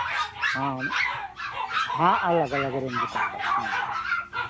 हाँ हाँ अलग अलग रेंज का है हाँ